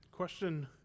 question